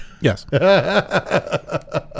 Yes